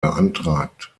beantragt